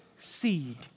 seed